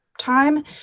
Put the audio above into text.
time